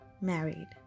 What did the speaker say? married